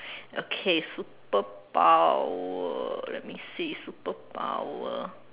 okay superpower let me see superpower